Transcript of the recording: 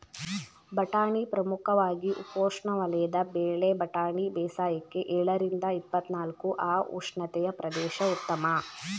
ಬಟಾಣಿ ಪ್ರಮುಖವಾಗಿ ಉಪೋಷ್ಣವಲಯದ ಬೆಳೆ ಬಟಾಣಿ ಬೇಸಾಯಕ್ಕೆ ಎಳರಿಂದ ಇಪ್ಪತ್ನಾಲ್ಕು ಅ ಉಷ್ಣತೆಯ ಪ್ರದೇಶ ಉತ್ತಮ